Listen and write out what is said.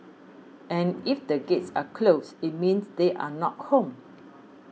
and if the gates are closed it means they are not home